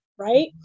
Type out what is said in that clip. right